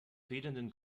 fehlenden